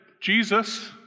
Jesus